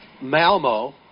Malmo